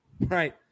right